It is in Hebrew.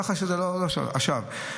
עכשיו,